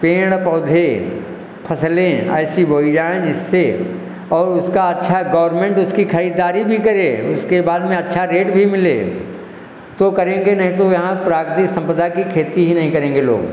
पेड़ पौधे फसलें ऐसी बोई जाएँ जिससे और उसका अच्छा गौरमेन्ट उसकी खरीददारी भी करे उसके बाद में अच्छा रेट भी मिले तो करेंगे नहीं तो यहाँ प्राकृतिक सम्पदा की खेती ही नहीं करेंगे लोग